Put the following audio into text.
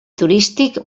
turístic